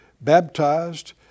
baptized